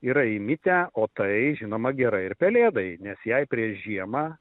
yra įmitę o tai žinoma gerai ir pelėdai nes jai prieš žiemą